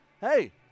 Hey